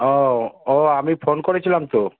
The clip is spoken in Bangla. ও ও আমি ফোন করেছিলাম তো